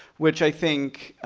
which, i think,